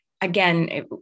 again